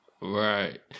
right